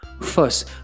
First